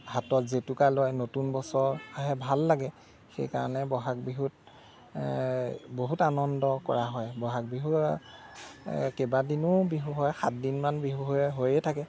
হাতত জেতুকা লয় নতুন বছৰ ভাল লাগে সেইকাৰণে ব'হাগ বিহুত বহুত আনন্দ কৰা হয় ব'হাগ বিহু কেইবাদিনো বিহু হয় সাতদিনমান বিহু হৈ হৈয়ে থাকে